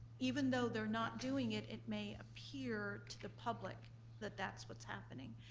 even though they're not doing it, it may appear to the public that that's what's happening.